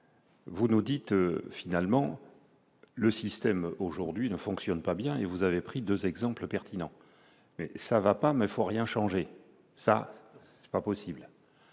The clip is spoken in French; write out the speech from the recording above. Vous nous dites : finalement le système aujourd'hui ne fonctionne pas bien et vous avez pris 2 exemples pertinents, mais ça va pas mais faut rien changer, ça c'est pas possible,